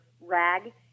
rag